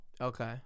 Okay